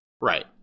Right